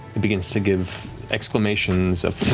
it begins to give exclamation of